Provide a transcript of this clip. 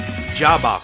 job